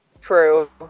true